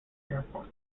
airport